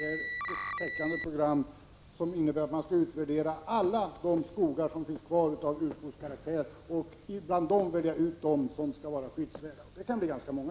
Det är ett täckande program som innebär att man skall utvärdera alla de skogar av urskogskaraktär som finns kvar och bland dem välja ut dem som skall vara skyddsvärda, och det kan vara ganska många.